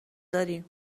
داریم